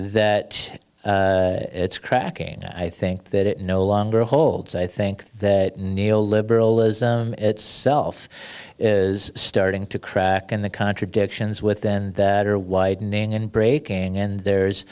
that it's cracking i think that it no longer holds i think that neo liberalism its self is starting to crack and the contradictions within that are widening and breaking and there's